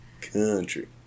Country